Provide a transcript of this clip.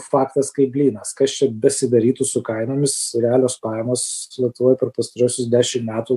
faktas kaip blynas kas čia besidarytų su kainomis realios pajamos lietuvoj per pastaruosius dešim metų